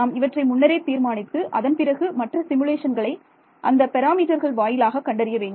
நாம் இவற்றை முன்னரே தீர்மானித்து அதன் பிறகு மற்ற சிமுலேஷன்களை அந்த பாராமீட்டர்கள் வாயிலாக கண்டறிய வேண்டும்